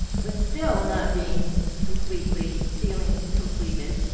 but, still not being completely feeling completed,